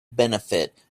benefit